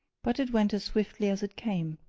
but it went as swiftly as it came,